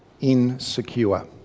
Insecure